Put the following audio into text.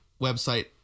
website